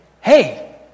hey